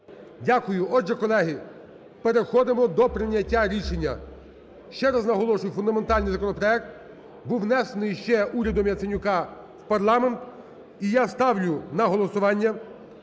Дякую. Отже, колеги, переходимо до прийняття рішення. Ще раз наголошую, фундаментальний законопроект, був внесений ще урядом Яценюка у парламент. І я ставлю на голосування